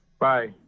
Bye